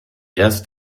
erst